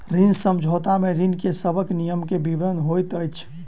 ऋण समझौता में ऋण के सब नियम के विवरण होइत अछि